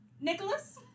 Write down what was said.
nicholas